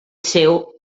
seu